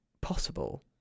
possible